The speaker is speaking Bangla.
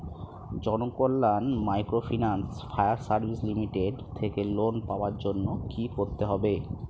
Janakalyan microfinance fire service limited থেকে লোন পাওয়ার জন্য কি করতে হবে?